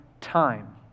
time